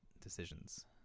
decisions